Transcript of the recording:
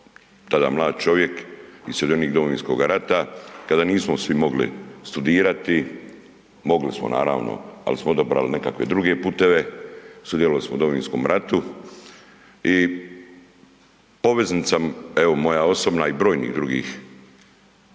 tada mlad čovjek i sudionik Domovinskoga rata, kada nismo svi mogli studirati, mogli smo naravno, ali smo odabrali nekakve druge puteve, sudjelovali smo u Domovinskom ratu i evo poveznica moja osobna i brojnih drugih